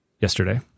yesterday